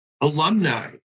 alumni